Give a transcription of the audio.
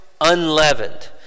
unleavened